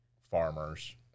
farmers